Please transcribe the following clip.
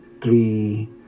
three